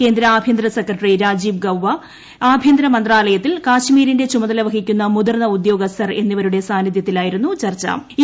കേന്ദ്ര ആഭ്യന്തര സെക്രട്ടറി രാജീവ് ഗൌബ ആഭ്യന്തര മന്ത്രാലയത്തിൽ കാശ്മീരിന്റെ ചുമതല വഹിക്കുന്ന മുതിർന്ന ഉദ്യോഗസ്ഥർ എന്നിവരുടെ സന്നിധൃത്തിലായിരുന്നു ചർച്ചു